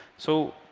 so